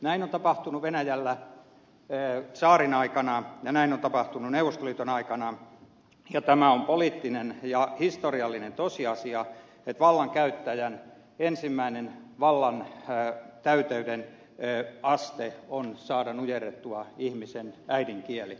näin on tapahtunut venäjällä tsaarin aikana ja näin on tapahtunut neuvostoliiton aikana ja tämä on poliittinen ja historiallinen tosiasia että vallankäyttäjän ensimmäinen vallan täyteyden aste on saada nujerrettua ihmisen äidinkieli